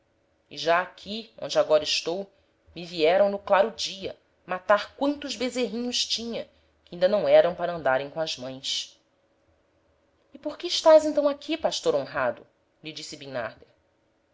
já aqui onde agora estou me vieram no claro dia matar quantos bezerrinhos tinha que inda não eram para andarem com as mães e porque estás então aqui pastor honrado